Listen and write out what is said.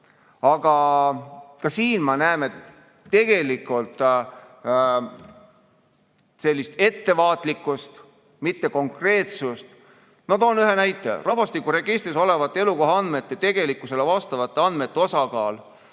Aga ka siin ma näen sellist ettevaatlikkust, mittekonkreetsust. Ma toon ühe näite. Rahvastikuregistris olevate elukohaandmete, tegelikkusele vastavate andmete osakaal